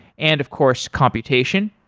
and of course, computation.